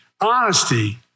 Honesty